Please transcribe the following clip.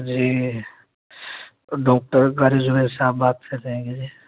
جی doctor Qari Zubair Sahab بات کر رہے ہیں کیا جی